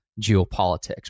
geopolitics